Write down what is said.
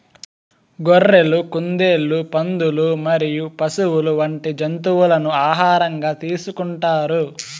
గొర్రెలు, కుందేళ్లు, పందులు మరియు పశువులు వంటి జంతువులను ఆహారంగా తీసుకుంటారు